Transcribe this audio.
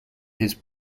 his